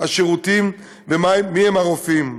השירותים ומיהם הרופאים.